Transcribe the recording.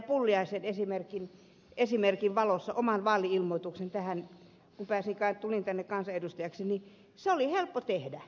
pulliaisen esimerkin valossa oman vaali ilmoitukseni kun tulin tänne kansanedustajaksi niin se oli helppo tehdä